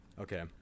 Okay